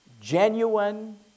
genuine